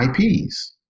IPs